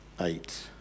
eight